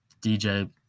DJ